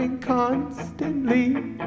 constantly